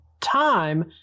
time